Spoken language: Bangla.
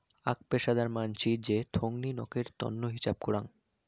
আক পেশাদার মানসি যে থোঙনি নকের তন্ন হিছাব করাং